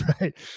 right